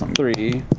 um three,